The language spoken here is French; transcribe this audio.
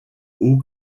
haut